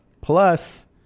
plus